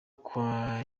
kwa